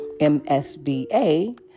MSBA